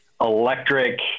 electric